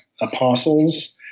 apostles